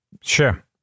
sure